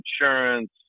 insurance